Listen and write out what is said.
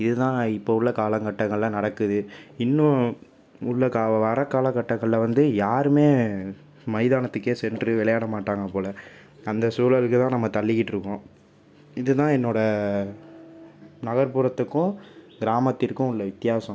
இது தான் இப்போது உள்ள காலகட்டங்களில் நடக்குது இன்னும் உள்ள கா வர காலகட்டங்களில் வந்து யாருமே மைதானத்துக்கே சென்று விளையாட மாட்டாங்க போல அந்த சூழலுக்கு தான் நம்ம தள்ளிகிட்டிருக்கோம் இது தான் என்னோடய நகர்புறத்துக்கும் கிராமத்திற்கும் உள்ள வித்தியாசம்